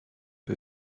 peu